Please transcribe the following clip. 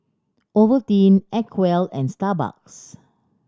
Ovaltine Acwell and Starbucks